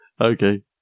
Okay